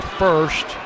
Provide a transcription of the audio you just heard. first